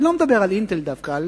אני לא מדבר על "אינטל" דווקא,